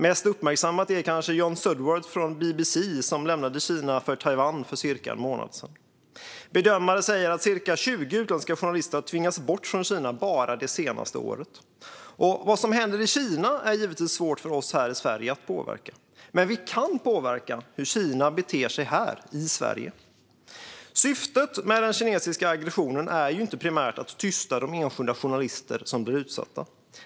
Mest uppmärksammad är kanske John Sudworth från BBC, som lämnade Kina för Taiwan för cirka en månad sedan. Bedömare säger att cirka 20 utländska journalister har tvingats bort från Kina bara det senaste året. Vad som händer i Kina är givetvis svårt för oss här i Sverige att påverka. Men vi kan påverka hur Kina beter sig här, i Sverige. Syftet med den kinesiska aggressionen är inte primärt att tysta de enskilda journalister som blir utsatta.